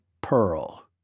pearl